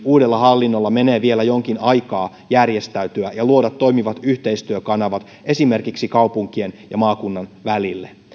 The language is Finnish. uudella hallinnolla menee vielä jonkin aikaa järjestäytyä ja luoda toimivat yhteistyökanavat esimerkiksi kaupunkien ja maakunnan välille